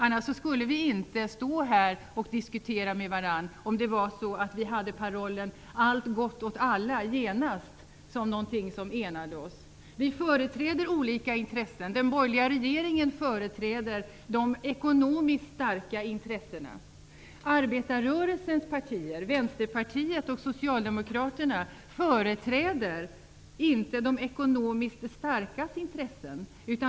Om vi hade parollen ''allt gott åt alla genast'' som någonting som enade oss skulle vi inte stå här och diskutera med varandra. Vi företräder olika intressen. Den borgerliga regeringen företräder de ekonomiskt starka intressena. Arbetarrörelsens partier, Vänsterpartiet och Socialdemokraterna, företräder inte de ekonomiskt starkas intressen.